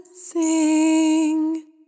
sing